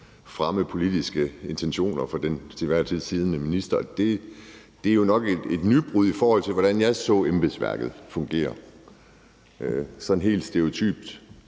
fremme politiske intentioner for den til enhver tid siddende minister. Det er jo nok et nybrud, i forhold til hvordan jeg så embedsværket fungere sådan helt stereotypt